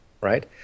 right